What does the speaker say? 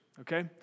Okay